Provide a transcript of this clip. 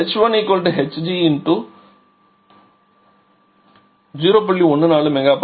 h1hg0